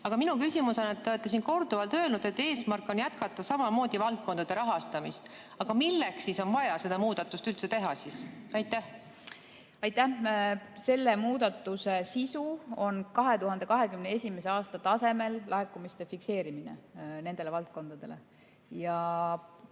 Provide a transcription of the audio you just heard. Aga minu küsimus. Te olete siin korduvalt öelnud, et eesmärk on jätkata samamoodi valdkondade rahastamist. Aga milleks siis on vaja üldse seda muudatust teha? Aitäh! Selle muudatuse sisu on 2021. aasta tasemel laekumiste fikseerimine nendele valdkondadele. Ma